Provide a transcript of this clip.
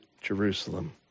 Jerusalem